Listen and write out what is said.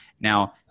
Now